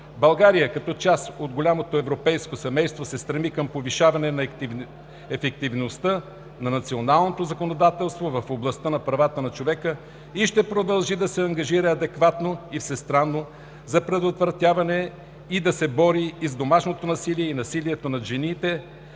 България като част от голямото европейско семейство се стреми към повишаване на ефективността на националното законодателство в областта на правата на човека. Ще продължи да се ангажира адекватно и всестранно да се бори за предотвратяване на домашното насилие и на насилието над жените